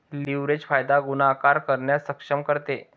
leverage फायदा गुणाकार करण्यास सक्षम करते